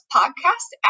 podcast